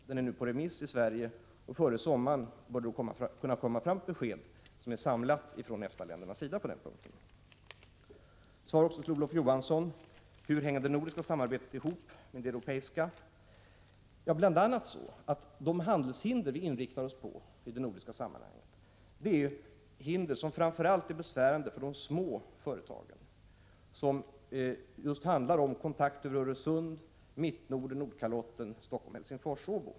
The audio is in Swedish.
Den är nu på remiss i Sverige, och före sommaren bör det kunna komma fram ett samlat besked från EFTA-ländernas sida. Olof Johansson frågade också hur det nordiska samarbetet hänger ihop med det europeiska. De handelshinder som vi bl.a. inriktar oss på i det nordiska sammanhanget är ju hinder som är besvärande för framför allt de små företagen. Det kan handla om kontakter över Öresund, Mitt-Nord, Nordkalotten, Helsingfors, Helsingfors och Åbo.